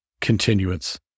continuance